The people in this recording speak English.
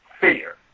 fear